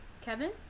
Kevin